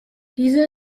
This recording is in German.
diese